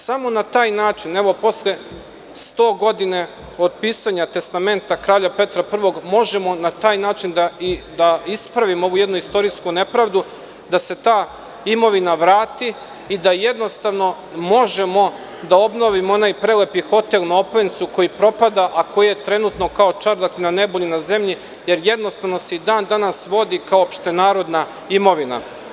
Samo na taj način, evo sto godina od pisanja testamenta Kralja Petra I, možemo na taj način da ispravimo ovu istorijsku nepravdu, da se ta imovina vrati i da možemo da obnovimo onaj prelepi hotel na Oplencu koji propada, a koji je trenutno kao čardak ni na nebu ni na zemlji, jer se i dan danas vodi kao opštenarodna imovina.